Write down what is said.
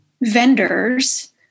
vendors